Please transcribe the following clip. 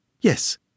Yes